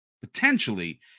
potentially